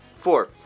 four